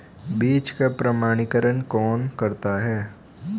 बीज का प्रमाणीकरण कौन करता है?